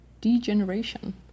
degeneration